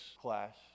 class